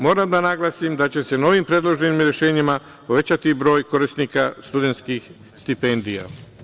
Moram da naglasim da će se novim predloženim rešenjima povećati broj korisnika studentskih stipendija.